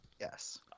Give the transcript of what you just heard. Yes